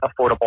affordable